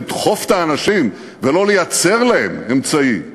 לדחוף את האנשים ולא לייצר להם אמצעים,